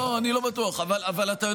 פה הרגת.